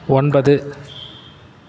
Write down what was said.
ஒன்பது